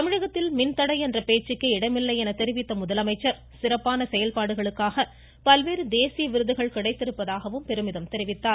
தமிழகத்தில் மின்தடை என்ற பேச்சுக்கே இடமில்லை என தெரிவித்த முதலமைச்சர் சிறப்பான செயல்பாடுகளுக்காக பல்வேறு தேசிய விருதுகள் கிடைத்திருப்பதாக பெருமிதம் தெரிவித்தார்